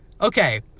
Okay